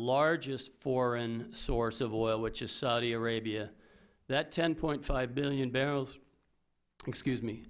largest foreign source of oil which is saudi arabia that ten point five billion barrels excuse me